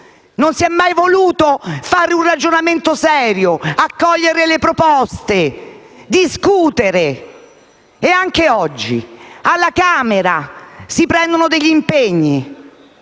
Non si è mai voluto fare un ragionamento serio, accogliere proposte o discuterne. Anche oggi alla Camera si assumono degli impegni.